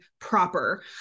proper